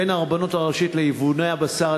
בין הרבנות הראשית ליבואני הבשר,